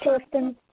చేస్తుం